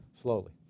slowly